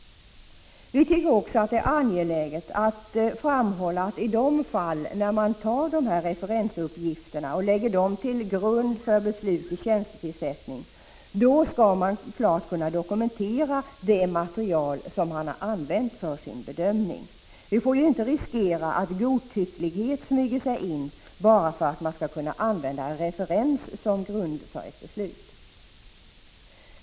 1985/86:49 Vi tycker också att det är angeläget att framhålla att i de fall där man lägger | 11 december 1985 = referensuppgifter till grund för beslut om tjänstetillsättning skall man klart | ma a. kunna dokumentera det material man har använt för sin bedömning. Vi får ju inte riskera att godtycklighet smyger sig in bara för att man skall kunna använda en referens till grund för beslut.